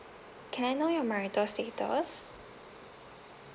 can I know your marital status